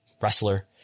wrestler